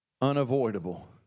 unavoidable